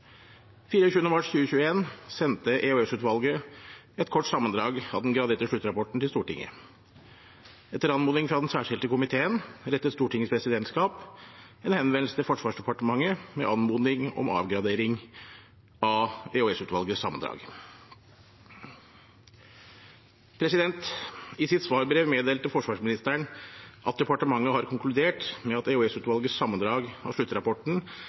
24. mars 2021 sendte EOS-utvalget et kort sammendrag av den graderte sluttrapporten til Stortinget. Etter anmodning fra den særskilte komiteen rettet Stortingets presidentskap en henvendelse til Forsvarsdepartementet med anmodning om avgradering av EOS-utvalgets sammendrag. I sitt svarbrev meddelte forsvarsministeren at departementet har konkludert med at EOS-utvalgets sammendrag av sluttrapporten